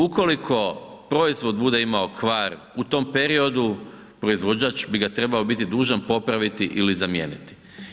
Ukoliko proizvod bude imao kvar u tom periodu, proizvođač bi ga trebao biti dužan popraviti ili zamijeniti.